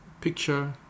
picture